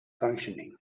functioning